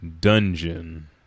Dungeon